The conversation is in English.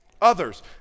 others